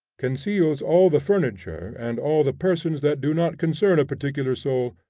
conceals all the furniture and all the persons that do not concern a particular soul,